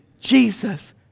Jesus